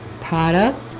product